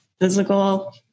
physical